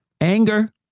anger